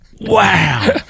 wow